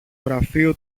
γραφείο